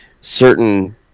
certain